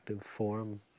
form